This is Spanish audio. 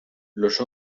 los